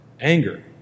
Anger